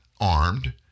armed